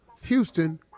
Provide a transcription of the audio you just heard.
Houston